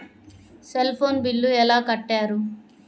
Cell phone bill ఎలా కట్టారు?